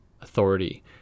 authority